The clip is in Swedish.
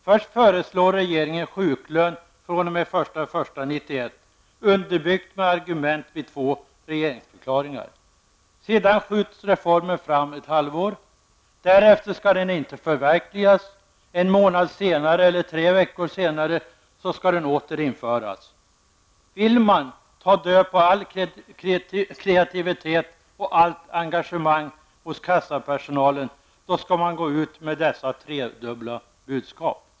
Först föreslår regeringen sjuklön fr.o.m. den 1 januari 1991, underbyggt med argument i två regeringsförklaringar. Sedan skjuts reformen fram ett halvår. Därefter skall den inte förverkligas; en månad eller tre veckor senare skall den åter införas. Vill man ta död på all kreativitet och allt engagemang hos kassapersonalen skall man gå ut med dessa tredubbla budskap.